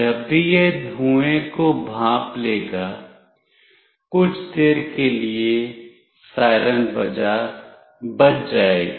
जब भी यह धुएं को भांप लेगा कुछ देर के लिए सायरन बज जाएगा